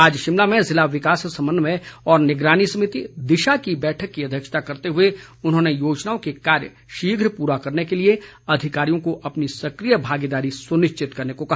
आज शिमला में ज़िला विकास समन्वय और निगरानी समिति दिशा की बैठक की अध्यक्षता करते हुए उन्होंने योजनाओं के कार्य शीघ्र पूरा करने के लिए अधिकारियों को अपनी सक्रिय भागीदारी सुनिश्चित करने को कहा